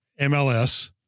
MLS